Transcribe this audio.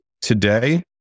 today